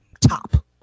top